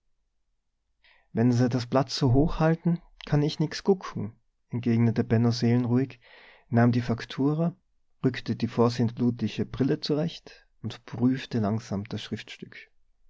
wenn se das blatt so hoch halten kann ich nix gucken entgegnete benno seelenruhig nahm die faktura rückte die vorsintflutliche brille zurecht und prüfte langsam das schriftstück